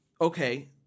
okay